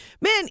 man